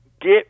get